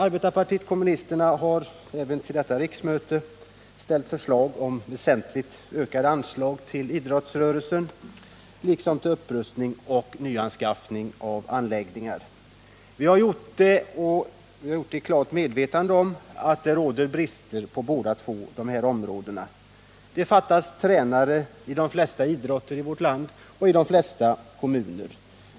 Arbetarpartiet kommunisterna har även till detta riksmöte framställt förslag om väsentligt ökade anslag till idrottsrörelsen liksom till upprustning och nyanskaffning av anläggningar. Vi har gjort detta i klart medvetande om att det råder brister på båda dessa områden. Det fattas tränare i de flesta idrottsgrenar och kommuner i vårt land.